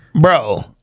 bro